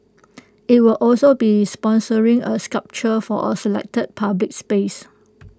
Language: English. IT will also be sponsoring A sculpture for A selected public space